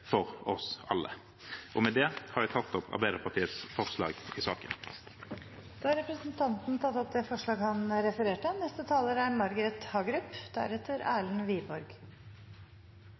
for oss alle. Med det tar jeg opp Arbeiderpartiets forslag i saken. Representanten Eigil Knutsen har tatt opp det forslaget han refererte til. I all hovedsak er